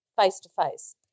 face-to-face